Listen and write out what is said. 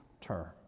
term